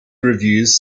reviews